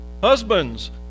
Husbands